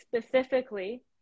specifically